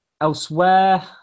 Elsewhere